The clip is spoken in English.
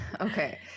Okay